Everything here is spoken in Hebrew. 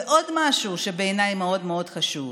ועוד משהו, שבעיניי מאוד מאוד חשוב: